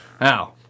Now